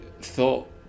thought